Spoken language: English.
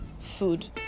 food